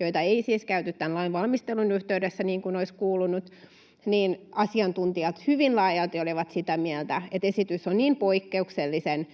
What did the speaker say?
joita ei siis käyty tämän lain valmistelun yhteydessä niin kuin olisi kuulunut. Asiantuntijat hyvin laajalti olivat sitä mieltä, että esitys on niin poikkeuksellisen